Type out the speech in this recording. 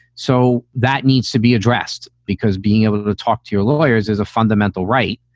so that needs to be addressed because being able to talk to your lawyers is a fundamental right.